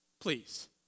please